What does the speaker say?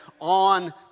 on